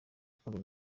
rukundo